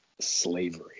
slavery